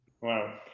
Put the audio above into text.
Wow